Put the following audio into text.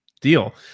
deal